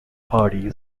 hearty